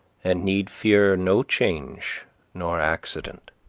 and need fear no change nor accident.